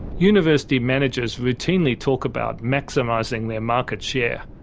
university managers routinely talk about maximizing their market share,